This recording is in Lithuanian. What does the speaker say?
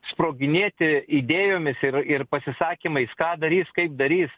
sproginėti idėjomis ir ir pasisakymais ką darys kaip darys